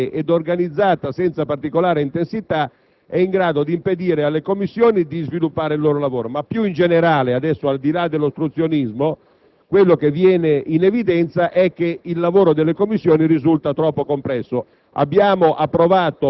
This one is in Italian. qualsiasi attività ostruzionistica, anche la più lieve e organizzata senza particolare intensità, è in grado di impedire alle Commissioni di sviluppare il loro lavoro. Ma più in generale, al di là dell'ostruzionismo,